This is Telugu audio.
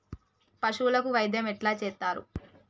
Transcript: పశువులకు వైద్యం ఎట్లా చేత్తరు?